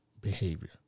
behavior